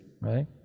Right